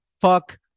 Fuck